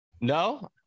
No